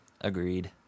agreed